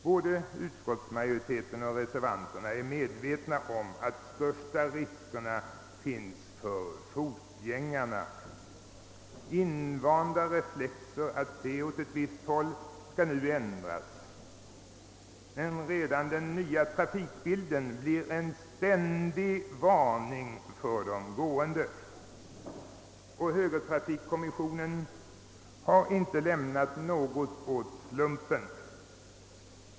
Både utskottsmajoriteten och reservanterna är medvetna om att de största riskerna föreligger för fotgängarna. Invanda reflexer, t.ex. att se åt ett visst håll, skall nu ändras, men redan den nya trafikbilden blir en ständig varning för de gående. Högertrafikkommissionen har inte lämnat något åt slumpen.